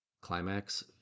climax